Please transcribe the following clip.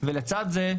ולצד זה,